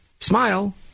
Smile